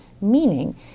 meaning